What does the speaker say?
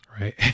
right